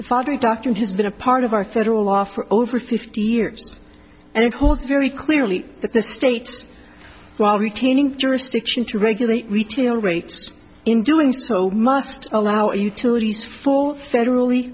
r father a doctor has been a part of our federal law for over fifty years and it holds very clearly that the states while retaining jurisdiction to regulate retail rates in doing so must allow you to lease for federally